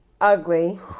ugly